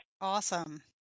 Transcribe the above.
Awesome